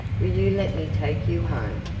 will you let me take you home?